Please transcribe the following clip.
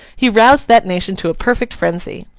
he roused that nation to a perfect frenzy.